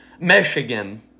Michigan